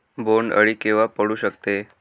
बोंड अळी केव्हा पडू शकते?